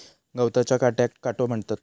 गवताच्या काट्याक काटो म्हणतत